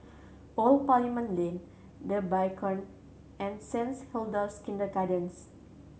Old Parliament Lane The Beacon and Saints Hilda's Kindergarten